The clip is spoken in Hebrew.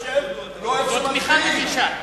זו תמיכה מבישה,